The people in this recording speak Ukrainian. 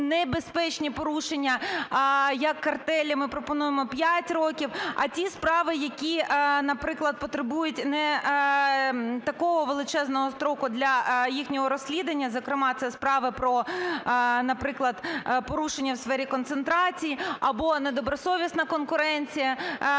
небезпечні порушення, як картелі, ми пропонуємо 5 років. А ті справи, які, наприклад, потребують не такого величезного строку для їх розслідування, зокрема це справи про, наприклад, порушення в сфері концентрації або недобросовісна конкуренція,